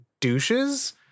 douches